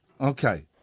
Okay